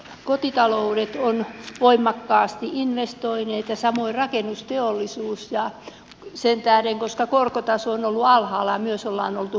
kotitaloudet ovat voimakkaasti investoineet ja samoin rakennusteollisuus sen tähden koska korkotaso on ollut alhaalla ja myös on oltu huolestuneita että